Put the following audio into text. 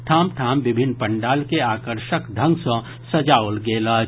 ठाम ठाम विभिन्न पंडाल के आकर्षक ढंग सँ सजाओल गेल अछि